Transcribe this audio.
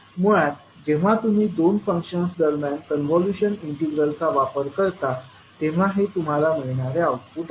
मुळात जेव्हा तुम्ही दोन फंक्शन्स दरम्यान कॉन्व्होल्यूशन इंटिग्रलचा वापर करता तेव्हा हे तुम्हाला मिळणारे आउटपुट आहे